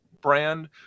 brand